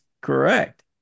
correct